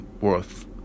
worth